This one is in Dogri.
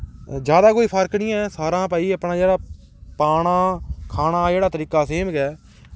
ज्यादा कोई फर्क नी ऐ सारें दा भाई अपना जेह्ड़ा पाना खाना दा जेह्ड़ा तरीका ऐ सेम गै ऐ